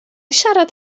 siarad